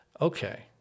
okay